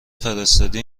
فرستادی